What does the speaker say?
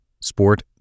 sport